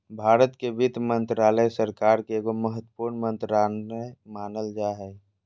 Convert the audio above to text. भारत के वित्त मन्त्रालय, सरकार के एगो महत्वपूर्ण मन्त्रालय मानल जा हय